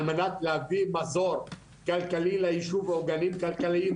על מנת להביא מזור כלכלי לישוב או גרעין כלכלי,